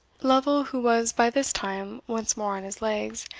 lovel, who was by this time once more on his legs,